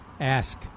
ask